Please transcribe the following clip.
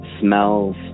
smells